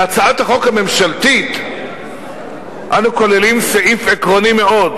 בהצעת החוק הממשלתית אנו כוללים סעיף עקרוני מאוד,